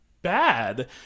bad